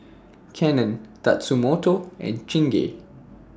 Canon Tatsumoto and Chingay